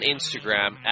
Instagram